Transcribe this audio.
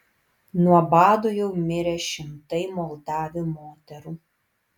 nuo bado jau mirė šimtai moldavių moterų